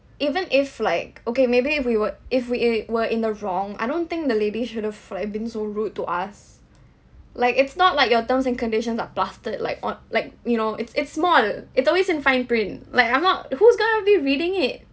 even if like okay maybe if we were if we in were in the wrong I don't think the lady should have like been so rude to us like it's not like your terms and conditions are plastered like on like you know it's it's small it's always in fine print like I'm not who's going to be reading it